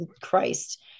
Christ